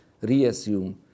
reassume